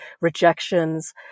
rejections